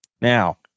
Now